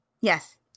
Yes